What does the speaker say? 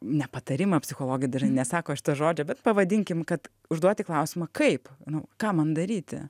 ne patarimą psichologai dažnai nesako šito žodžio bet pavadinkim kad užduoti klausimą kaip nu ką man daryti